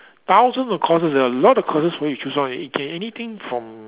thousands of courses there are a lot of courses for you choose from it can anything from